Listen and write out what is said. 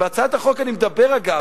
בהצעת החוק אני מדבר, אגב,